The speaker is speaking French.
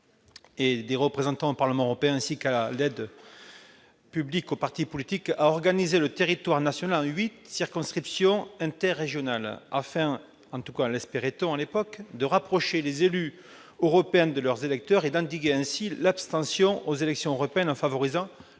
et des représentants au Parlement européen ainsi qu'à l'aide publique aux partis politiques a réorganisé le territoire national en huit circonscriptions interrégionales, afin de rapprocher les élus européens de leurs électeurs et d'endiguer l'abstention aux élections européennes en favorisant